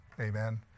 amen